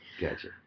Gotcha